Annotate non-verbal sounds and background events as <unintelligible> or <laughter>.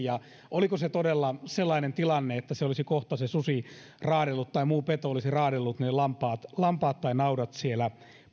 <unintelligible> ja oliko se todella sellainen tilanne että se susi tai muu peto olisi kohta raadellut ne lampaat lampaat tai naudat siellä